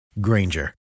Granger